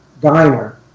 Diner